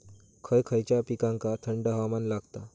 खय खयच्या पिकांका थंड हवामान लागतं?